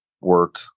work